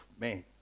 Man